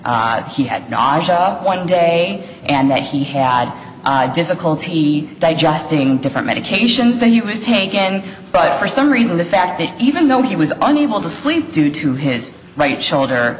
one day and that he had difficulty digesting different medications than you has taken but for some reason the fact that even though he was unable to sleep due to his right shoulder